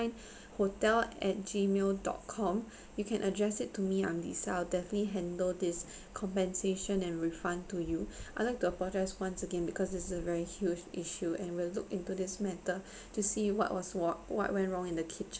hotel at gmail dot com you can address it to me I'm lisa I'll definitely handle this compensation and refund to you I'd like to apologise once again because it's a very huge issue and we'll look into this matter to see what was what what went wrong in the kitchen